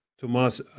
tomas